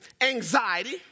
anxiety